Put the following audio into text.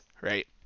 right